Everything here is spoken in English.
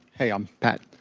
hey, i'm pat.